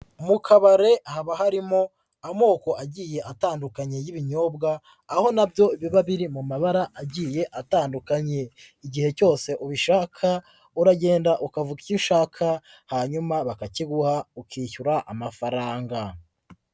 Mu kabare haba harimo amoko agiye atandukanye y'ibinyobwa, aho nabyo biba biri mu mabara agiye atandukanye, igihe cyose ubishaka uragenda ukavuga icyo ushaka hanyuma bakakiguha ukishyura amafaranga.